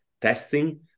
testing